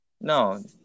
No